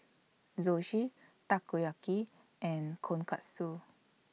Zosui Takoyaki and Tonkatsu